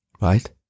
right